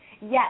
Yes